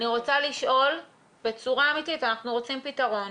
אני רוצה לשאול בצורה אמיתית, אני רוצה פתרון.